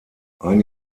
ein